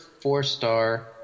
four-star